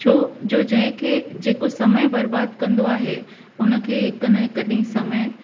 छो जो जंहिंखे जेको समय बर्बादु कंदो आहे हुनखे हिकु न हिकु डींहुं समय